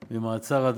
מעצרים)